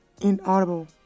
inaudible